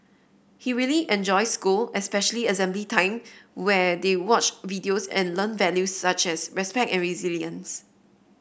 he really enjoys school especially assembly time where they watch videos and learn values such as respect and resilience